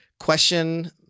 Question